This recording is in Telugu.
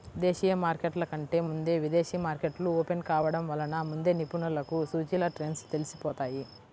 దేశీయ మార్కెట్ల కంటే ముందే విదేశీ మార్కెట్లు ఓపెన్ కావడం వలన ముందే నిపుణులకు సూచీల ట్రెండ్స్ తెలిసిపోతాయి